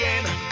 again